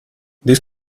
this